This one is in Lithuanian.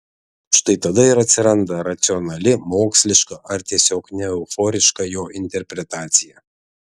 štai tada ir atsiranda racionali moksliška ar tiesiog neeuforiška jo interpretacija